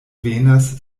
venas